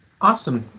Awesome